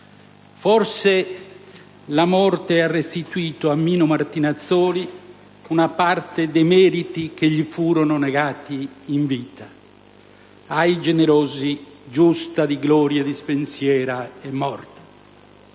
forse la morte ha restituito a Mino Martinazzoli una parte dei meriti che gli furono negati in vita: «a' generosi giusta di glorie dispensiera è morte».